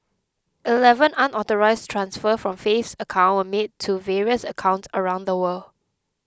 eleven unauthorised transfers from faith's account were made to various accounts around the world